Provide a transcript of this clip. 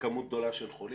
בכמות גדולה של חולים,